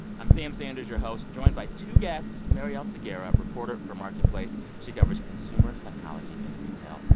i'm sam sanders, your host, joined by two guests, marielle segarra, reporter for marketplace, she covers consumer psychology in retail,